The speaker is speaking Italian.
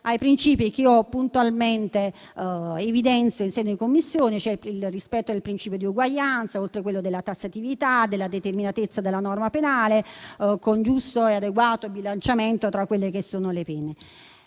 ai principi che puntualmente evidenzio in sede di Commissione, cioè il rispetto del principio di uguaglianza oltre a quello della tassatività, della determinatezza della norma penale, con giusto e adeguato bilanciamento tra le pene.